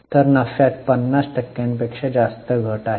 तर नफ्यात 50 टक्क्यांपेक्षा जास्त घट आहे